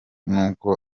n’uko